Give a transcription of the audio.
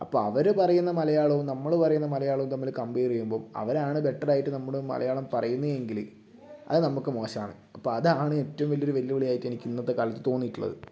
അപ്പം അവർ പറയുന്ന മലയാളവും നമ്മൾ പറയുന്ന മലയാളവും തമ്മിൽ കംപയർ ചെയ്യുമ്പോൾ അവരാണ് ബെറ്റർ ആയിട്ട് നമ്മുടെ മലയാളം പറയുന്നത് എങ്കിൽ അത് നമുക്ക് മോശമാണ് അപ്പം അതാണ് ഏറ്റവും വലിയ ഒരു വെല്ലുവിളിയായിട്ട് എനിക്ക് ഇന്നത്തെ കാലത്ത് തോന്നിയിട്ടുള്ളത്